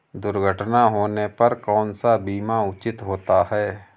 दुर्घटना होने पर कौन सा बीमा उचित होता है?